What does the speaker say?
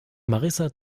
marissa